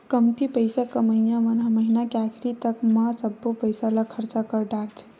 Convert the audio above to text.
कमती पइसा कमइया मन ह महिना के आखरी तक म सब्बो पइसा ल खरचा कर डारथे